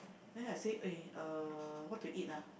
then I say eh uh what to eat ah